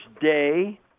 day